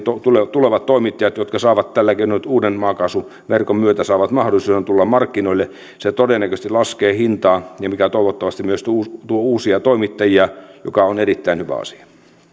tulevat tulevat toimittajat saavat tällä keinoin nyt uuden maakaasuverkon myötä mahdollisuuden tulla markkinoille se todennäköisesti laskee hintaa ja toivottavasti myös tuo uusia toimittajia mikä on erittäin hyvä asia